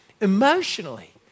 emotionally